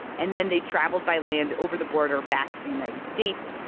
and then they traveled by land over the border back to the united states.